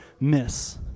miss